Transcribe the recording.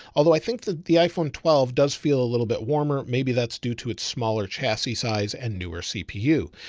although i think that the iphone twelve does feel a little bit warmer. maybe that's due to its smaller chassis size and newer cpu,